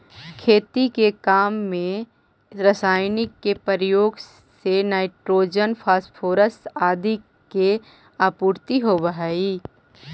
खेती के काम में रसायन के प्रयोग से नाइट्रोजन, फॉस्फोरस आदि के आपूर्ति होवऽ हई